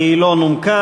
כי היא לא נומקה.